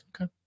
Okay